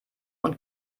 und